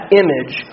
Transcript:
image